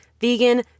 vegan